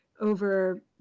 over